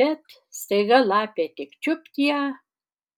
bet staiga lapė tik čiupt ją